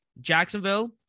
jacksonville